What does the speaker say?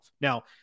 Now